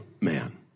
man